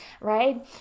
right